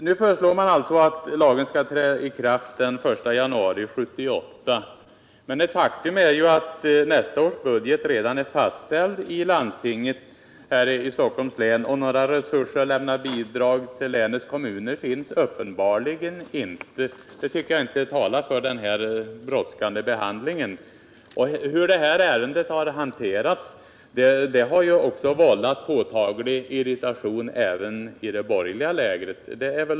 Nu föreslår man alltså att lagen skall träda i kraft den 1 januari 1978, men ett faktum är ju att Stockholms läns landstings budget för nästa år redan är fastställd. Några resurser som gör att man kan lämna bidrag till länets kommuner finns uppenbarligen inte, och det talar ju inte för den brådskande behandlingen. Det är väl uppenbart att sättet att behandla detta ärende har vållat påtaglig irritation även i det borgerliga lägret.